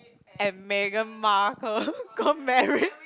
and Meghan-Markle got married